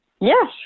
Yes